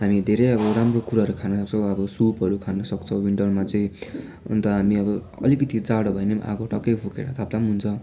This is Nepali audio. हामी धेरै अब राम्रो कुराहरू खानसक्छौँ अब सुपहरू खानसक्छौँ विन्टरमा चाहिँ अन्त हामी अब अलिकति जाडो भयो भने पनि आगो टक्कै फुकेर ताप्दा पनि हुन्छ